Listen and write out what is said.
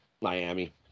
Miami